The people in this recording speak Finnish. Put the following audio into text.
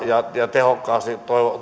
tehokkaasti